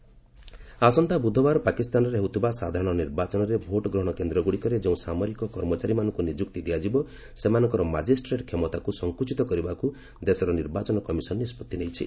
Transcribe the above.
ପାକ୍ ଇଲେକୁନ ଆସନ୍ତା ବୁଧବାର ପାକିସ୍ତାନରେ ହେଉଥିବା ସାଧାରଣ ନିର୍ବାଚନରେ ଭୋଟ୍ ଗ୍ରହଣ କେନ୍ଦ୍ରଗୁଡ଼ିକରେ ଯେଉଁ ସାମରିକ କର୍ମଚାରୀମାନଙ୍କୁ ନିଯୁକ୍ତି ଦିଆଯିବ ସେମାନଙ୍କର ମାଜିଷ୍ଟ୍ରେଟ୍ କ୍ଷମତାକୁ ସଂକୁଚିତ କରିବାକୁ ଦେଶର ନିର୍ବାଚନ କମିଶନ ନିଷ୍ପଭି ନେଇଛି